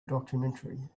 documentary